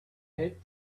hate